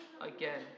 again